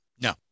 No